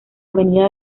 avenida